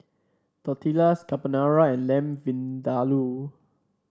Tortillas Carbonara and Lamb Vindaloo